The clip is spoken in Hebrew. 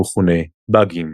המכונה באגים.